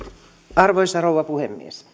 arvoisa rouva puhemies